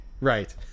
Right